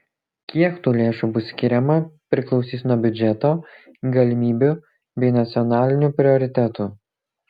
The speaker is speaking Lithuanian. kiek tų lėšų bus skiriama priklausys nuo biudžeto galimybių bei nacionalinių prioritetų